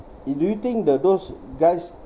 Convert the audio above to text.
eh do you think the those guys